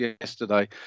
yesterday